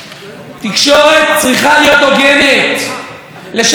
לדווח על הפיגועים פעם אחר פעם אחר פעם,